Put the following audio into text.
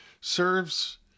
serves